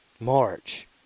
March